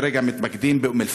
כרגע מתמקדים באום אלפחם,